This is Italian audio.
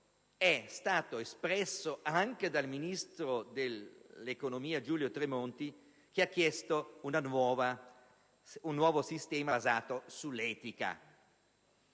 è stato espresso anche dal ministro dell'economia, Giulio Tremonti, che ha chiesto un nuovo sistema «basato sull'etica».